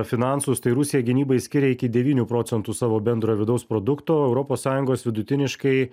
finansus tai rusija gynybai skiria iki devynių procentų savo bendrojo vidaus produkto europos sąjungos vidutiniškai